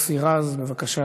חבר הכנסת מוסי רז, בבקשה,